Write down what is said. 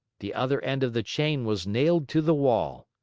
the other end of the chain was nailed to the wall.